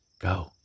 go